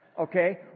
Okay